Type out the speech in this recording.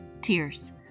Tears